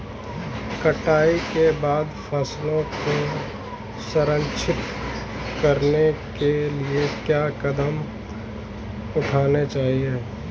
कटाई के बाद फसलों को संरक्षित करने के लिए क्या कदम उठाने चाहिए?